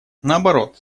наоборот